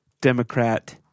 Democrat